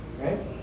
right